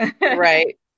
Right